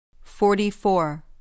Forty-four